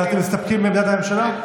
אז אתם מסתפקים בעמדת הממשלה?